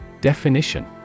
Definition